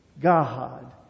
God